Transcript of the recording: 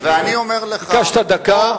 ביקשת דקה.